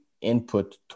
input